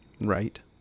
Right